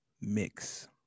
mix